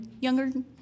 younger